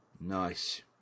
Nice